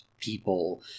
people